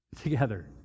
together